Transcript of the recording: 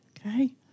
okay